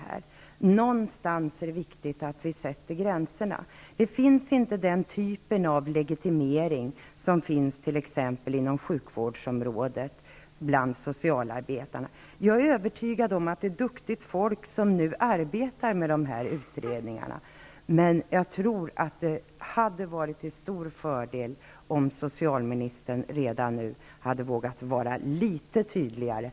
Det är viktigt att vi sätter gränserna någonstans. Bland socialarbetarna finns inte den typen av legitimering som finns inom t.ex. sjukvården. Jag är övertygad om att det är duktigt folk som arbetar med dessa utredningar, men det hade varit till stor fördel om socialministern redan nu hade vågat vara litet tydligare.